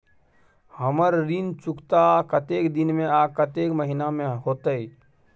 हमर ऋण चुकता कतेक दिन में आ कतेक महीना में होतै?